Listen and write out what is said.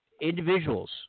individuals